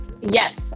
yes